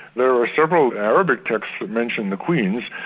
there were several arabic texts that mentioned the queens,